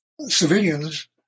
civilians